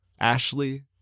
Ashley